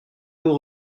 hauts